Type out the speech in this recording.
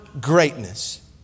greatness